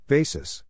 Basis